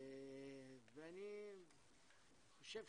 ואני חושב